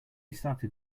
started